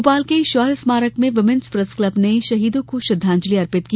भोपाल के शौर्य स्मारक में वुमेन्स प्रेस क्लब ने शहीदों को श्रद्वांजलि अर्पित की